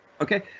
Okay